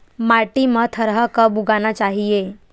माटी मा थरहा कब उगाना चाहिए?